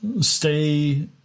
stay